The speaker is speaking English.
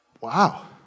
Wow